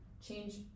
change